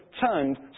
turned